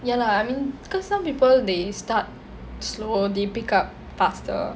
ya lah I mean cause some people they start slow they pick up faster